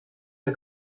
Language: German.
der